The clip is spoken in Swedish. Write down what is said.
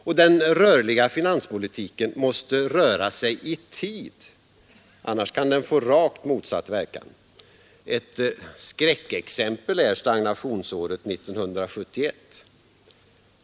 Och den rörliga finanspolitiken måste röra sig i tid, annars kan den få rakt motsatt verkan. Ett skräckexempel är stagnationsåret 1971.